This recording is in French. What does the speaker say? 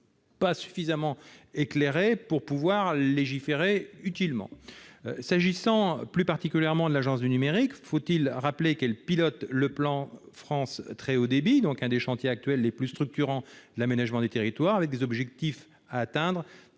pas suffisamment éclairés pour pouvoir légiférer utilement. S'agissant plus particulièrement de l'Agence du numérique, faut-il le rappeler, elle pilote le plan France très haut débit, donc l'un des chantiers actuels les plus structurants de l'aménagement du territoire, avec des objectifs très